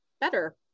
better